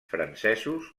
francesos